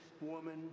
woman